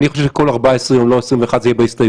זה חוץ ממה שמנוהל בקו ראשון ומתקבלת החלטה שיעבור לקו